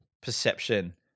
perception